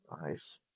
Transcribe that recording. Nice